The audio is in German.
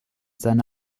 seine